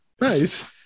nice